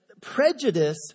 prejudice